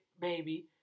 baby